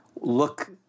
look